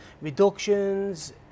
reductions